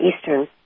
Eastern